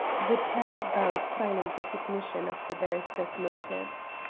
the turk bowed silent recognition of the barrister's motives.